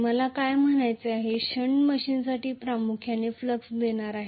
मला काय म्हणायचे आहे शंट मशीनसाठी प्रामुख्याने फ्लक्स देणार आहे